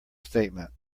statement